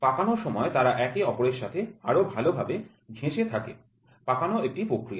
কচলানোর সময় তারা একে অপরের সাথে আরও ভালভাবে ঘেঁষে থাকে কচলানো একটি প্রক্রিয়া